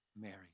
Mary